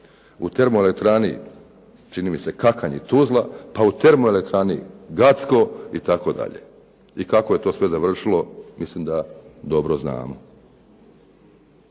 u termoelektrani čini mi se Kakanj i Tuzla, pa u termoelektrani Gacko itd. i kako je to sve završilo, mislim da dobro znamo.